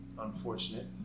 unfortunate